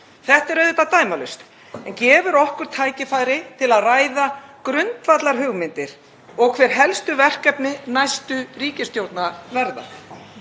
Þetta er auðvitað dæmalaust, en gefur okkur tækifæri til að ræða grundvallarhugmyndir og hver helstu verkefni næstu ríkisstjórnar verða.